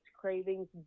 Cravings